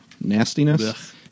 nastiness